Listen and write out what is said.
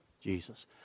Jesus